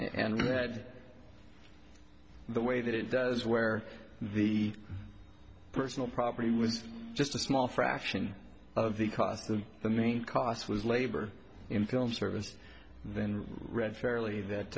that the way that it does where the personal property was just a small fraction of the cost of the main costs was labor in film service then read fairly that